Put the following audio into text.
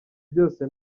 byose